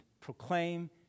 proclaim